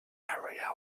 area